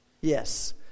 Yes